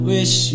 Wish